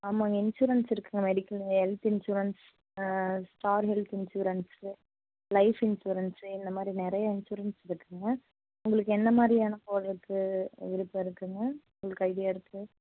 ஆமாம்ங்க இன்சூரன்ஸ் இருக்குங்க medical health insurance Star Health insurance life insurance இந்த மாதிரி நிறைய இன்சூரன்ஸ் இருக்குங்க உங்களுக்கு எந்த மாதிரியான உங்களுக்கு விருப்பம் இருக்குங்க உங்களுக்கு ஐடியா இருக்கா